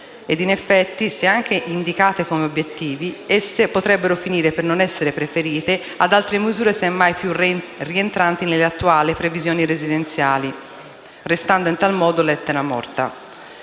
Infatti, anche se indicate come obiettivi, esse potrebbero finire per non essere preferite ad altre misure semmai già rientranti nelle attuali "previsioni residenziali", restando, in tal modo, lettera morta.